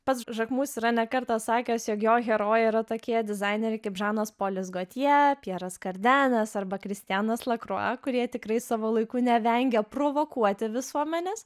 pats žakmus yra ne kartą sakęs jog jo herojai yra tokie dizaineriai kaip žanas polis gotjė pjeras kardenas arba kristianas lakrua kurie tikrai savo laiku nevengė provokuoti visuomenės